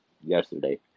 yesterday